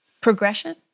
progression